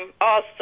awesome